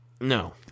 No